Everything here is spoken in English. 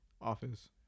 office